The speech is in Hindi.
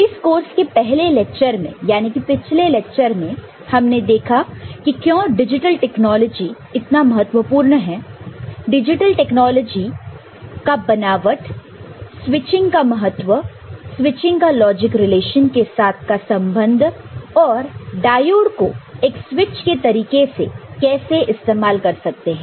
इस कोर्स के पहले लेक्चर में यानी कि पिछले लेक्चर में हमने देखा कि क्यों डिजिटल टेक्नोलॉजी इतनी महत्वपूर्ण है डिजिटल टेक्नोलॉजी का बनावट स्विचिंग का महत्व स्विचिंग का लॉजिक रिलेशन के साथ का संबंध और डायोड को एक स्विच के तरीके से कैसे इस्तेमाल कर सकते हैं